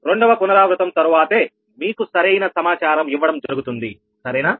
రెండవ పునరావృతం తరువాతే మీకు సరియైన సమాచారం ఇవ్వడం జరుగుతుంది సరేనా